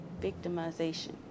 victimization